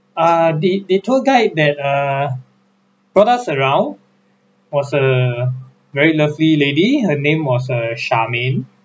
ah the the tour guide that err brought us around was a very lovely lady her name was uh charmaine